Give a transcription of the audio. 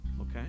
okay